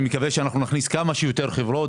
אני מקווה שנכניס כמה שיותר חברות.